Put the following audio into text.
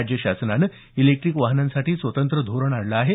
राज्यशासनाने इलेक्टिक वाहनांसाठी स्वतंत्र धोरण आणलं आहे